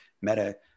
meta